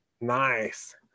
Nice